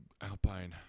alpine